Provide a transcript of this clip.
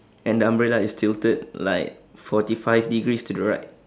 and the umbrella is tilted like forty five degrees to the right